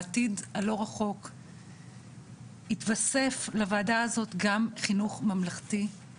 בעתיד הלא רחוק יתווסף לוועדה הזו גם חינוך ממלכתי-חרדי.